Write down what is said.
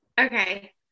Okay